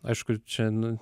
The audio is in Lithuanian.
aišku ir čia nu